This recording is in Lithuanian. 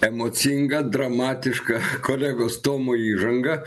emocinga dramatiška kolegos tomo įžanga